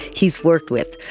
he's worked with,